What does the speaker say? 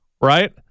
right